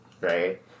right